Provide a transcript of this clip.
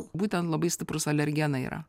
būtent labai stiprūs alergenai yra